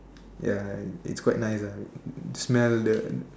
ya it's quite nice lah smell the